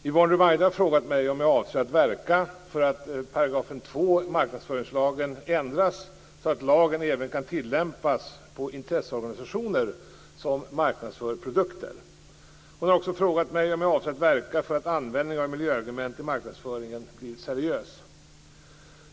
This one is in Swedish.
Fru talman! Yvonne Ruwaida har frågat mig om jag avser att verka för att 2 § i marknadsföringslagen ändras så att lagen även kan tillämpas på intresseorganisationer som marknadsför produkter. Hon har också frågat mig om jag avser att verka för att användningen av miljöargument i marknadsföringen blir seriös.